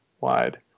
wide